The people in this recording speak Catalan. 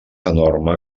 enorme